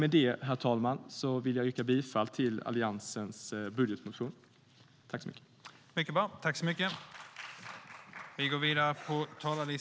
Med detta vill jag yrka bifall till förslaget i Alliansens budgetmotion.